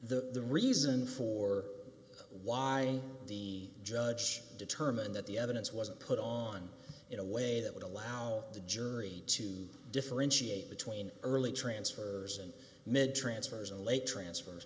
the reason for whining the judge determined that the evidence wasn't put on in a way that would allow the jury to differentiate between early transfers and mid transfers and late transfers